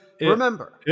remember